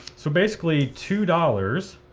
so basically two dollars